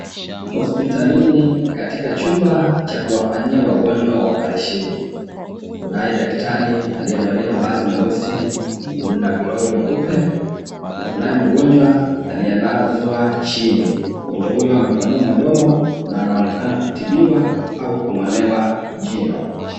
Hospitalini katika chumba cha kuwafanyia wagonjwa oparesheni. Kunaye daktari aliyevalia mavazi meusi na glovu nyeupe na kunaye mgonjwa aliyelazwa chini. Mgonjwa huyo amepanua mdomo na anaonekana kutibiwa au kung'olewa jino.